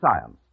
science